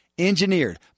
Engineered